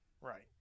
Right